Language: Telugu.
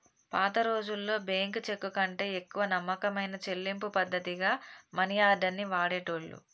పాతరోజుల్లో బ్యేంకు చెక్కుకంటే ఎక్కువ నమ్మకమైన చెల్లింపు పద్ధతిగా మనియార్డర్ ని వాడేటోళ్ళు